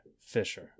fisher